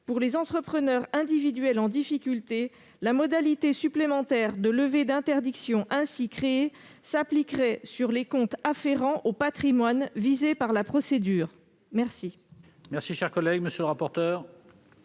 Pour les entrepreneurs individuels en difficulté, la modalité supplémentaire de levée d'interdiction ainsi créée s'appliquerait aux comptes afférents au patrimoine visé par la procédure. Quel